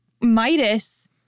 Midas